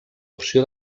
opció